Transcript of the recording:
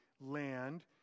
land